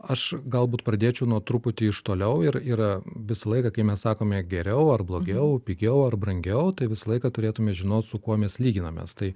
aš galbūt pradėčiau nuo truputį iš toliau ir yra visą laiką kai mes sakome geriau ar blogiau pigiau ar brangiau tai visą laiką turėtume žinot su kuo mes lyginamės tai